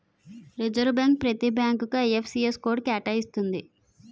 reserve bank ప్రతి బ్యాంకుకు IFSC code కేటాయిస్తుంది